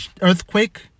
earthquake